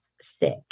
sick